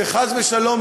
שחס ושלום,